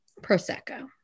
Prosecco